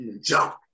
Jump